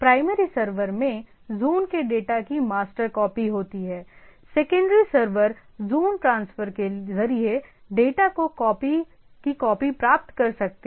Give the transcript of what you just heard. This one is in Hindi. प्राइमरी सर्वर में ज़ोन के डेटा की मास्टर कॉपी होती हैसेकेंडरी सर्वर जोन ट्रांसफर के जरिए डेटा की कॉपी प्राप्त कर सकते हैं